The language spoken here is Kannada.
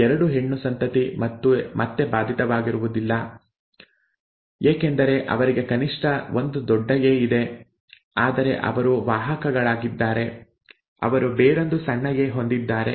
ಈ ಎರಡು ಹೆಣ್ಣು ಸಂತತಿ ಮತ್ತೆ ಬಾಧಿತವಾಗಿರುವುದಿಲ್ಲ ಏಕೆಂದರೆ ಅವರಿಗೆ ಕನಿಷ್ಠ ಒಂದು ದೊಡ್ಡ ಎ ಇದೆ ಆದರೆ ಅವರು ವಾಹಕಗಳಾಗಿದ್ದಾರೆ ಅವರು ಬೇರೊಂದು ಸಣ್ಣ ಎ ಹೊಂದಿದ್ದಾರೆ